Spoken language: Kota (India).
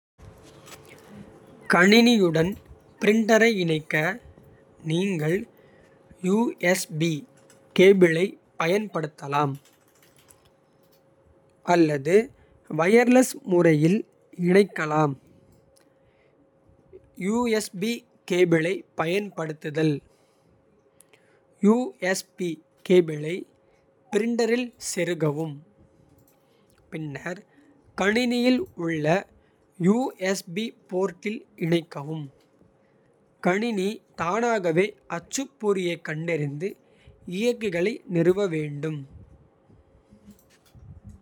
கணினியுடன் பிரிண்டரை இணைக்க. நீங்கள் கேபிளைப் பயன்படுத்தலாம். அல்லது வயர்லெஸ் முறையில் இணைக்கலாம். கேபிளைப் பயன்படுத்துதல் பிரிண்டரை இயக்கவும். யூ எஸ் பி கேபிளை பிரிண்டரில் செருகவும். பின்னர் கணினியில் உள்ள யூ.எஸ். பி போர்ட்டில் இணைக்கவும். கணினி தானாகவே அச்சுப்பொறியைக் கண்டறிந்து. இயக்கிகளை நிறுவ வேண்டும்.